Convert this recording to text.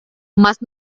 más